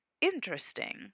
interesting